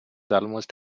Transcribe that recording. almost